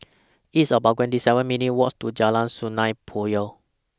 It's about twenty seven minutes' Walk to Jalan Sungei Poyan